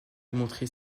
démontré